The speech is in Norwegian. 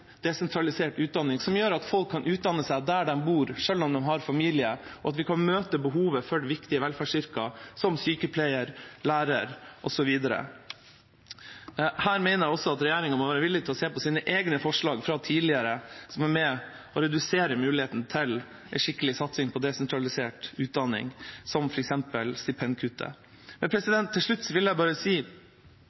desentralisert utdanning som gjør at folk kan utdanne seg der de bor, selv om de har familie, og til å kunne møte behovet for viktige velferdsyrker som sykepleier, lærer osv. Her mener jeg at regjeringa må være villig til å se på sine egne forslag fra tidligere som er med på å redusere muligheten til en skikkelig satsing på desentralisert utdanning, som f.eks. stipendkuttet. Til slutt vil jeg bare si: